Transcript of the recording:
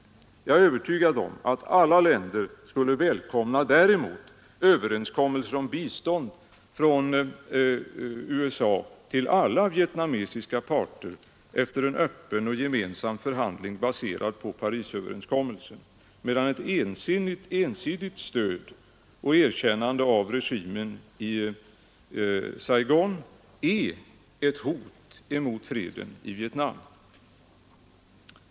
Men jag är övertygad om att alla länder skulle välkomna överenskommelser om bistånd från USA till samtliga vietnamesiska parter efter en öppen och gemensam förhandling baserad på Parisöverenskommelsen. Däremot är ett ensidigt stöd och erkännande av regimen i Saigon ett hot mot freden i Vietnam.